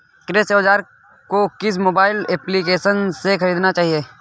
कृषि औज़ार को किस मोबाइल एप्पलीकेशन से ख़रीदना चाहिए?